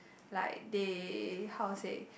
like they how to say